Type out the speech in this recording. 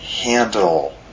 handle